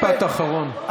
משפט אחרון.